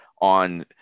on